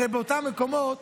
הרי באותם מקומות